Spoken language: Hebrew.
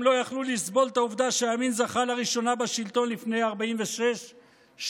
הם לא יכלו לסבול את העובדה שהימין זכה לראשונה בשלטון לפני 46 שנה,